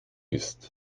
ist